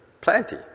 Plenty